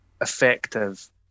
effective